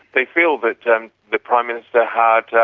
they feel that the um the prime minister had